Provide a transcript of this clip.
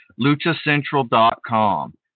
LuchaCentral.com